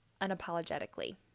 unapologetically